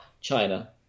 China